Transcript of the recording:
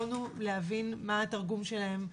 יכולנו להבין מה התרגום שלהם,